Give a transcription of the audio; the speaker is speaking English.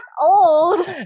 old